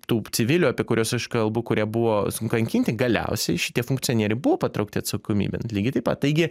tų civilių apie kuriuos aš kalbu kurie buvo nukankinti galiausiai šitie funkcionieriai buvo patraukti atsakomybėn lygiai taip pat taigi